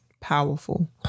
powerful